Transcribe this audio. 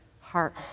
heart